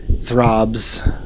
throbs